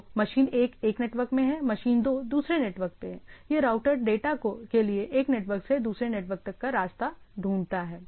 तो मशीन 1 एक नेटवर्क में है मशीन 2 दूसरे नेटवर्क में है यह राउटर डाटा के लिए एक नेटवर्क से दूसरे नेटवर्क तक का रास्ता ढूंढता है